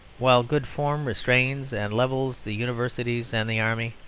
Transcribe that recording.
while good form restrains and levels the universities and the army,